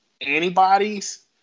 antibodies